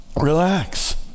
Relax